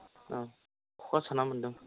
औ ख'खा सानानै मोनदों